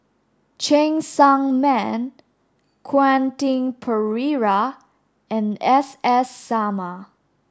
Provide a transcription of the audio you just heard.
Cheng Tsang Man Quentin Pereira and S S Sarma